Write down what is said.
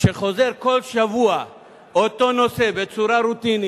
כשחוזר כל שבוע אותו נושא בצורה רוטינית,